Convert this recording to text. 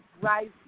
rise